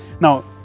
Now